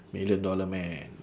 million dollar man